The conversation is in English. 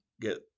get